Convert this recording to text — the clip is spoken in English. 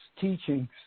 teachings